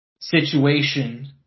situation